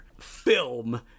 Film